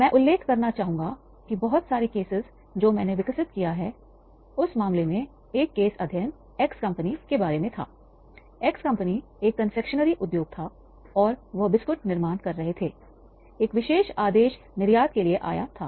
मैं उल्लेख करना चाहूंगा कि बहुत सारे केसस उद्योग था और वह बिस्कुट निर्माण कर रहे थे एक विशेष आदेश निर्यात के लिए आया था